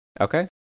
Okay